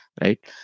right